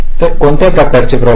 तर कोणत्या प्रकारचे प्रॉब्लेम